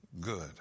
good